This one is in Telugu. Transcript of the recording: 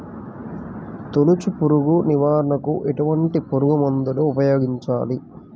తొలుచు పురుగు నివారణకు ఎటువంటి పురుగుమందులు ఉపయోగించాలి?